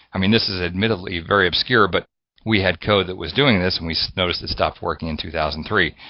i mean this is admittedly very obscure, but we had code that was doing this, and we noticed, it stopped working in two thousand and three.